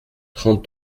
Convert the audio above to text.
trente